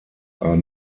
are